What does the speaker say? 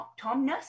Tomness